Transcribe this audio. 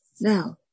now